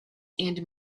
and